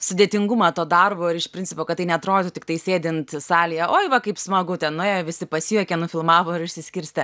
sudėtingumą to darbo ir iš principo kad tai neatrodytų tiktai sėdint salėje oi va kaip smagu ten nuėjo visi pasijuokė nufilmavo ir išsiskirstė